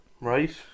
Right